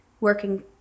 working